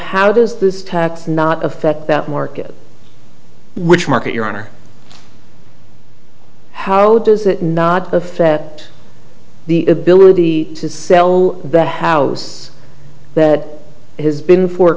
how does this tax not affect that market which market your honor how does that not affect the ability to sell that house that has been for